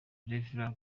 rev